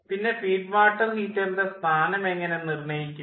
പിന്നെ feed water ഹീറ്ററിൻ്റെ സ്ഥാനം എങ്ങനെ നിർണ്ണയിക്കും